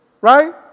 Right